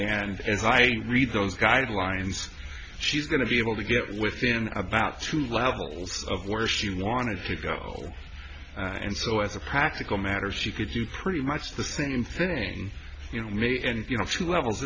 as i read those guidelines she's going to be able to get within about two levels of worship i wanted to go and so as a practical matter she could do pretty much the same thing you know me and you know a few levels